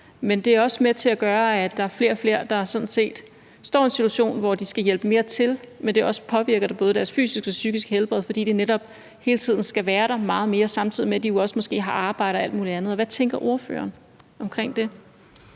er sådan set også med til at gøre, at der er flere og flere, der står i en situation, hvor de skal hjælpe mere til, men det også påvirker både deres fysiske og psykiske helbred, fordi de netop hele tiden skal være der meget mere, samtidig med at de måske også har et arbejde og alt muligt andet. Hvad tænker ordføreren omkring det?